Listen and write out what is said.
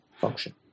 function